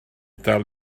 dal